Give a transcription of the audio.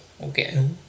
okay